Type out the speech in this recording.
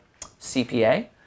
CPA